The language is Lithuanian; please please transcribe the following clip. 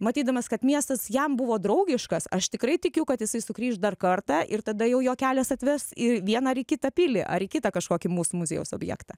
matydamas kad miestas jam buvo draugiškas aš tikrai tikiu kad jisai sugrįš dar kartą ir tada jau jo kelias atves į vieną ar į kitą pilį ar į kitą kažkokį mūsų muziejaus objektą